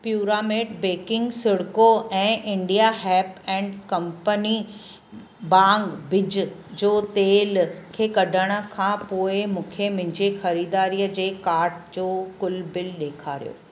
Puramate baking सुड़को ऐं India हैप एंड कंपनी बांग बिज जो तेल खे कढण खां पोइ मूंखे मुंहिंजी ख़रीदारी जे कार्ट जो कुलु बिल ॾेखारियो